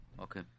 Okay